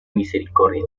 misericordia